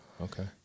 Okay